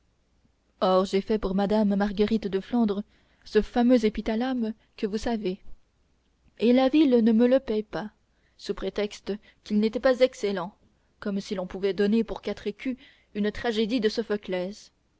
or j'ai fait pour madame marguerite de flandre ce fameux épithalame que vous savez et la ville ne me le paie pas sous prétexte qu'il n'était pas excellent comme si l'on pouvait donner pour quatre écus une tragédie de